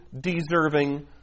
Deserving